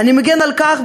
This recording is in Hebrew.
אני מגן על כך,